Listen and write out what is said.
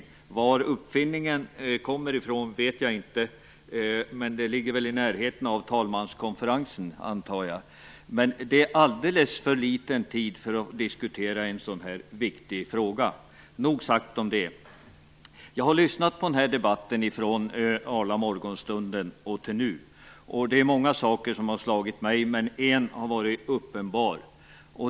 Jag vet inte var den uppfinningen kommer ifrån, men det ligger väl vi närheten av talmanskonferensen. Det är alldeles för liten tid för att diskutera en så viktig fråga. Nog sagt om det. Jag har lyssnat på debatten från arla morgonstunden till nu. Det är många saker som har slagit mig, men en har varit uppenbar.